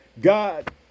God